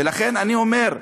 ולכן אני אומר,